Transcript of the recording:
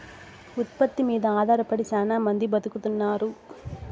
ఉత్పత్తి మీద ఆధారపడి శ్యానా మంది బతుకుతున్నారు